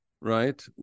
right